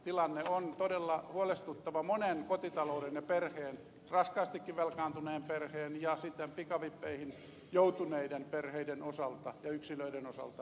tilanne on todella huolestuttava monen kotitalouden ja raskaastikin velkaantuneen perheen ja pikavippeihin joutuneiden perheiden ja yksilöiden osalta